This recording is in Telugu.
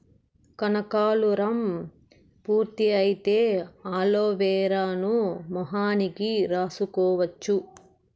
కనకాలురం పూర్తి అయితే అలోవెరాను మొహానికి రాసుకోవచ్చు